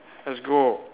let's go